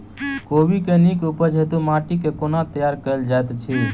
कोबी केँ नीक उपज हेतु माटि केँ कोना तैयार कएल जाइत अछि?